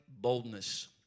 boldness